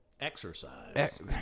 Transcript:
exercise